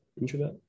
introvert